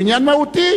הוא עניין מהותי.